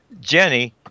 Jenny